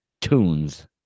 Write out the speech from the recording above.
Tunes